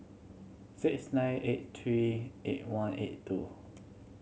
six nine eight three eight one eight two